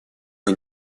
все